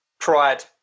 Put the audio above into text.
Pride